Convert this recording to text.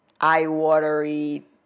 eye-watery